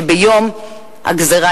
שביום הגזירה,